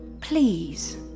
Please